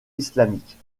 islamiques